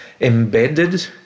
embedded